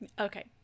Okay